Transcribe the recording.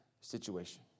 situation